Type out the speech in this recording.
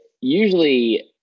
Usually